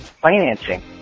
financing